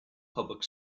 public